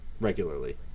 regularly